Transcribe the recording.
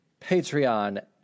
Patreon